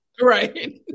Right